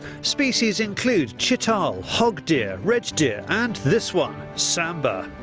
species include chital, hog deer, red deer and this one, sambar.